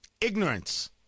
Ignorance